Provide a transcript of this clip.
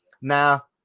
now